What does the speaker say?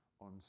on